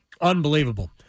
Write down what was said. Unbelievable